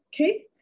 okay